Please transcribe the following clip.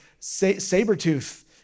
Sabertooth